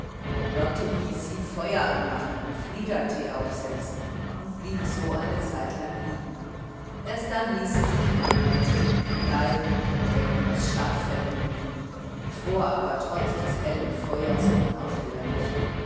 lotte hieß sie feuer anmachen und fliedertee aufsetzen und blieb so eine zeitlang liegen erst dann ließ sie sich von dem mädchen entkleiden und in decken aus schaffellen wickeln fror aber trotz des hellen feuers unaufhörlich